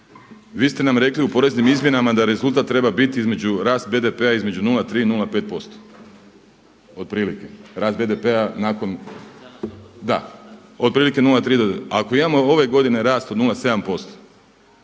Vi ste nam rekli u poreznim izmjenama da rezultat treba biti između, rast BDP-a između 0,3 i 0,5% otprilike rast BDP-a nakon, da. Otprilike 0,3 do. Ako imamo ove godine rast od 0,7%